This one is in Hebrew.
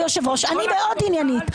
תקשיב, היושב ראש, אני מאוד עניינית.